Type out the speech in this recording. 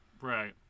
Right